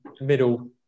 middle